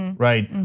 right?